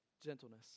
gentleness